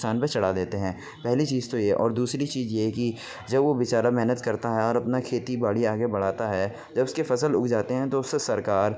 کسان پہ چڑھا دیتے ہیں پہلی چیز تو یہ اور دوسری چیز یہ ہے کہ جب وہ بےچارہ محنت کرتا ہے اور اپنا کھیتی باڑی آگے بڑھاتا ہے جب اس کی فصل اگ جاتے ہیں تو اس سے سرکار